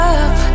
up